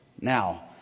Now